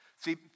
See